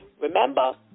Remember